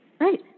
right